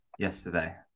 Yesterday